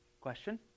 Question